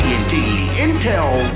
Intel